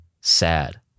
sad